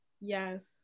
yes